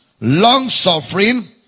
long-suffering